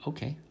Okay